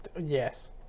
yes